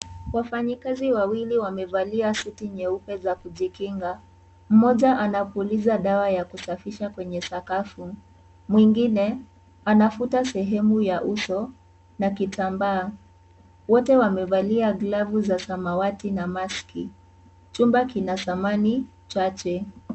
Wafanyikazi wawili wamevalia suti nyeupe za kujikinga. Mmoja anaipuliza dawa ya kusafisha kwenye sakafu, mwingine anavuta sehemu ya uso na kitambaa. Wote wamevalia glavu za samawati na maski. Chumba kina zamani chache.